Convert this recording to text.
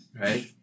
Right